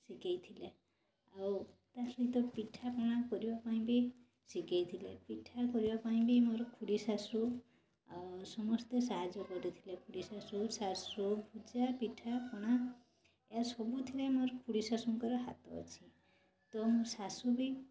ସିଖେଇ ଥିଲେ ଆଉ ତା' ସହିତ ପିଠା ପଣା କରିବା ପାଇଁ ବି ସିଖେଇ ଥିଲେ ପିଠା କରିବା ପାଇଁ ବି ମୋର ଖୁଡ଼ି ଶାଶୁ ଆଉ ସମସ୍ତେ ସାହାଯ୍ୟ କରିଥିଲେ ଖୁଡ଼ି ଶାଶୁ ଶାଶୁ ଯା ପିଠା ପଣା ଇଆର ସବୁଥିରେ ମୋର ଖୁଡ଼ି ଶାଶୁଙ୍କର ହାତ ଅଛି ତ ମୋ ଶାଶୁ ବି